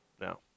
No